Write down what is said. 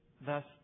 Thus